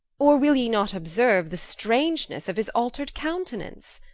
or will ye not obserue the strangenesse of his alter'd countenance?